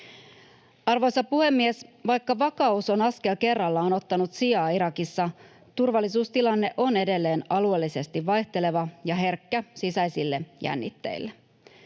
Arvoisa puhemies! Vaikka vakaus on askel kerrallaan ottanut sijaa Irakissa, turvallisuustilanne on edelleen alueellisesti vaihteleva ja herkkä sisäisille jännitteille.